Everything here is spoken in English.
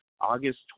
August